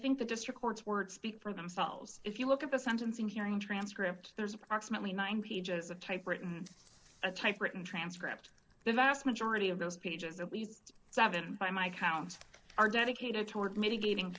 think the district court's words speak for themselves if you look at the sentencing hearing transcript there's approximately nine pages a typewritten a typewritten transcript the vast majority of those pages at least seven by my count are dedicated toward mitigating